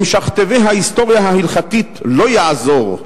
למשכתבי ההיסטוריה ההלכתית לא יעזור: